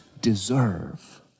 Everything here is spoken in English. deserve